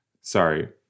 sorry